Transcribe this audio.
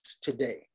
today